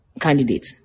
candidate